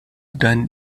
deinen